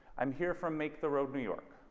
i'm here from make the road new york.